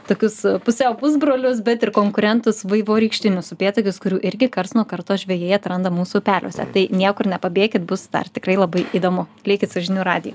tokius pusiau pusbrolius bet ir konkurentus vaivorykštinius upėtakius kurių irgi karts nuo karto žvejai atranda mūsų upeliuose tai niekur nepabėkit bus dar tikrai labai įdomu likit su žinių radiju